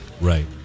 right